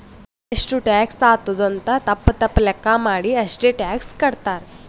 ಎಷ್ಟು ಟ್ಯಾಕ್ಸ್ ಆತ್ತುದ್ ಅಂತ್ ತಪ್ಪ ತಪ್ಪ ಲೆಕ್ಕಾ ಮಾಡಿ ಅಷ್ಟೇ ಟ್ಯಾಕ್ಸ್ ಕಟ್ತಾರ್